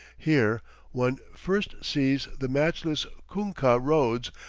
here one first sees the matchless kunkah roads,